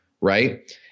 right